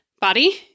body